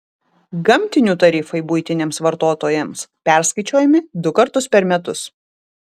gamtinių tarifai buitiniams vartotojams perskaičiuojami du kartus per metus